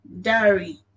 Dairy